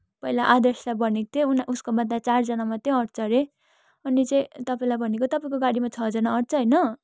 पहिला आदर्शलाई भनेको थिएँ उना उसकोमा त चारजना मात्रै अँट्छ अरे अनि चाहिँ तपाईँलाई भनेको तपाईँको गाडीमा छःजना अँट्छ होइन